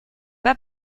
pas